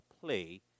play